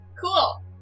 Cool